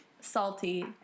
salty